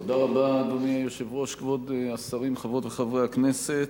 אדוני היושב-ראש, כבוד השרים, חברות וחברי הכנסת,